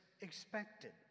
expected